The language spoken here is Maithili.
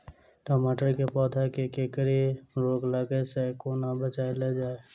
टमाटर केँ पौधा केँ कोकरी रोग लागै सऽ कोना बचाएल जाएँ?